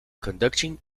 conducting